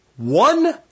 One